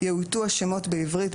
יאויתו השמות בעברית,